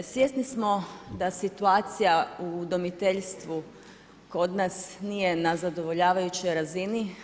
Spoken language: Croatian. Svjesni smo da situacija udomiteljstvu kod nas nije na zadovoljavajućoj razini.